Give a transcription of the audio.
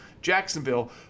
Jacksonville